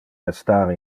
restar